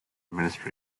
ministry